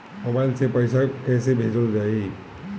Mobile से पैसा कैसे भेजल जाइ?